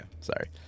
sorry